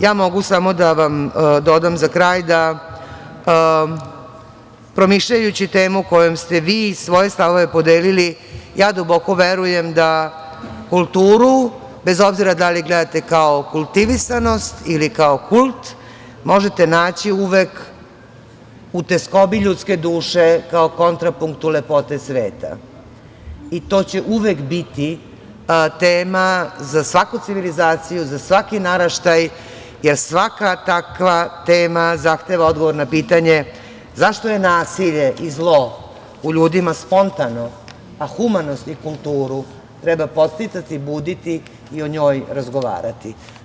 Ja mogu samo da vam dodam za kraj da, promišljajući temu kojom ste vi svoje stavove podelili, duboko verujem da kulturu, bez obzira da li gledate kao kultivisanost ili kao kult, možete naći uvek u teskobi ljudske duše kao kontrapunktu lepote sveta i to će uvek biti tema za svaku civilizaciju, za svaki naraštaj, jer svaka takva tema zahteva odgovor na pitanje zašto je nasilje i zlo u ljudima spontano, a humanost i kulturu treba podsticati, buditi i o njoj razgovarati.